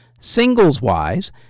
Singles-wise